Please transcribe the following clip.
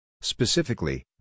Specifically